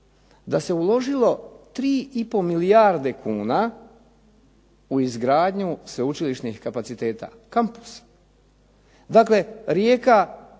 da se uložilo 3,5 milijarde kuna u izgradnju sveučilišnih kapaciteta kampusa. Dakle, Rijeka